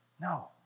No